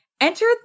enter